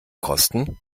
kosten